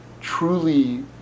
truly